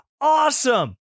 awesome